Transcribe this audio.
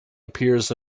appears